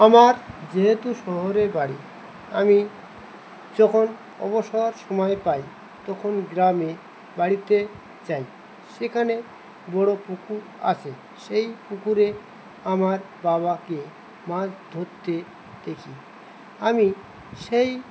আমার যেহেতু শহরে বাড়ি আমি যখন অবসর সময় পাই তখন গ্রামে বাড়িতে যাই সেখানে বড়ো পুকুর আছে সেই পুকুরে আমার বাবাকে মাছ ধরতে দেখি আমি সেই